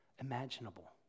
imaginable